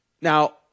Now